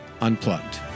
Unplugged